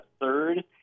third